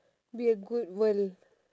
be a good world